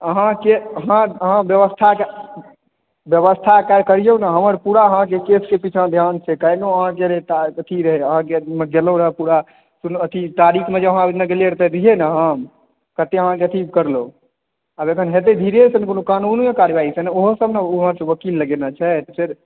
अहाँ व्यवस्था टा करियौ ने हमर पूरा हाथ केश के पीछा ध्यान छै काल्हिओ अहाँ के अथी रहै अहाँ दिअ गेलहुॅं रहय पूरा तारीख मे जे अहाँ ओहि दिन गेलियैया रहय तऽ रहियै ने हम कते अहाँ के अथी करलहुॅं आब हेतै धीरे सॅं ने कानूने कारवाई सॅं ने ओहो ने ओकील लगेने छै फेर